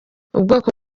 ubwoko